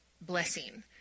blessing